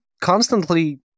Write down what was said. constantly